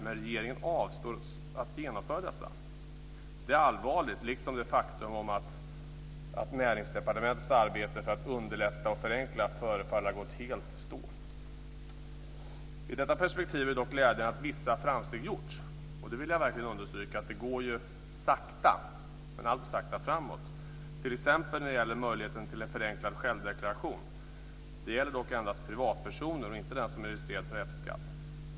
Men regeringen avstår från att genomföra dem. Det är allvarligt, liksom det faktum att Näringsdepartementets arbete för att underlätta och förenkla förefaller att ha gått helt i stå. I detta perspektiv är det dock glädjande att vissa framsteg har gjorts. Och jag vill verkligen understryka att det går alltför sakta framåt, t.ex. när det gäller möjligheten till en förenklad självdeklaration. Det gäller dock endast privatpersoner och inte den som är registrerad för F-skatt.